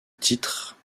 titre